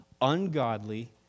ungodly